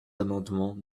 amendements